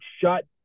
shut